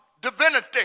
divinity